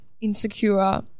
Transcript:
insecure